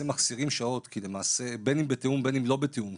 מחסירים שעות בין אם בתיאום ובין אם לא בתיאום,